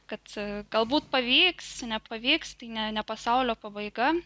kad galbūt pavyks nepavyks tai ne ne pasaulio pabaiga